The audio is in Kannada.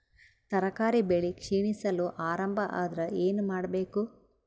ತರಕಾರಿ ಬೆಳಿ ಕ್ಷೀಣಿಸಲು ಆರಂಭ ಆದ್ರ ಏನ ಮಾಡಬೇಕು?